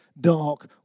dark